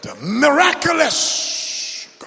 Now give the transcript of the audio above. miraculous